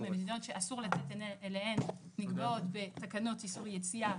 ומדינות שאסור לצאת אליהן נקבעות בתקנות איסור יציאה,